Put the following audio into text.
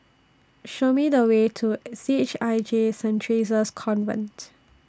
Show Me The Way to C H I J Saint Theresa's Convent